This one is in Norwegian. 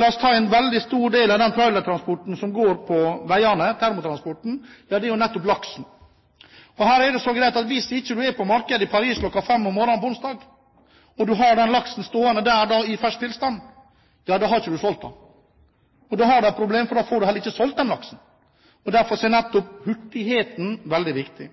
La oss ta en veldig stor del av den trailertransporten som går på veiene, nemlig termotransporten. Ja, det er jo nettopp laksen. Her er det så enkelt som at hvis du ikke er på markedet i Paris klokken fem om morgenen på onsdag, og du har den laksen stående der da i fersk tilstand, ja, da har du ikke solgt den. Og da har du et problem, for da får du heller ikke solgt den laksen. Derfor er nettopp hurtigheten veldig viktig.